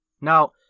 Now